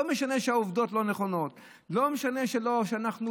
לא משנה שהעובדות לא נכונות,